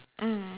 mm